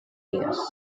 areas